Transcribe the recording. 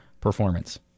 performance